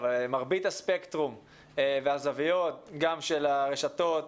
מרבית הספקטרום והזוויות גם של הרשתות,